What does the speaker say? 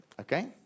Okay